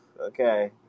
okay